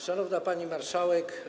Szanowna Pani Marszałek!